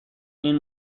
این